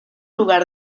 lugar